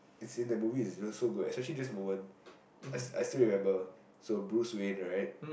it's in the movie is also good especially this woman I I still remember so Bruce-Wayne right